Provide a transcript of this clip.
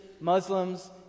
Muslims